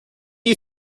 you